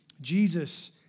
Jesus